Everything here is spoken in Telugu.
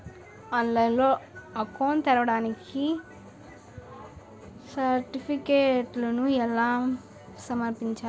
ఆన్లైన్లో అకౌంట్ ని తెరవడానికి సర్టిఫికెట్లను ఎలా సమర్పించాలి?